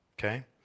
Okay